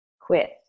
quit